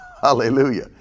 Hallelujah